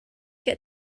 get